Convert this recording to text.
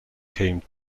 came